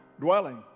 dwelling